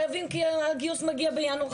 חייבים כי הגיוס מגיע בינואר,